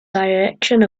direction